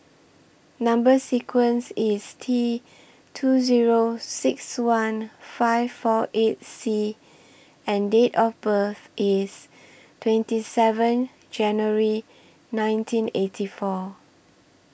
Number sequence IS T two Zero six one five four eight C and Date of birth IS twenty seven January nineteen eighty four